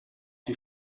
die